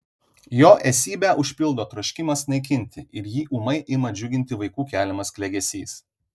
jo esybę užpildo troškimas naikinti ir jį ūmai ima džiuginti vaikų keliamas klegesys